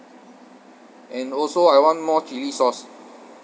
and also I want more chilli sauce